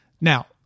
Now